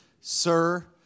Sir